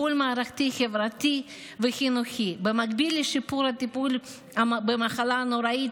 טיפול מערכתי חברתי וחינוכי במקביל לשיפור הטיפול במחלה הנוראית,